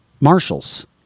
marshals